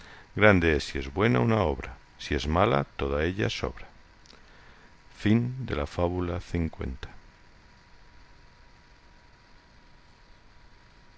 grande es si es buena una obra si es mala toda ella sobra fábula